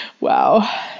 Wow